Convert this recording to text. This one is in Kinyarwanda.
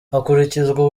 hakurikizwa